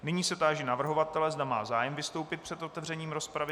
Nyní se táži navrhovatele, zda má zájem vystoupit před otevřením rozpravy.